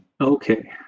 okay